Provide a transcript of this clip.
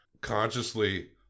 consciously